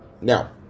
Now